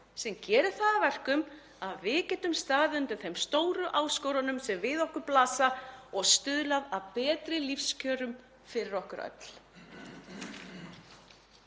sem gerir það að verkum að við getum staðið undir þeim stóru áskorunum sem við okkur blasa og stuðlað að betri lífskjörum fyrir okkur öll.